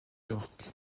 york